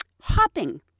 hopping